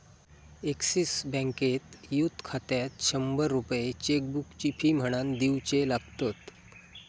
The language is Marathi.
एक्सिस बँकेत युथ खात्यात शंभर रुपये चेकबुकची फी म्हणान दिवचे लागतत